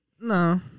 no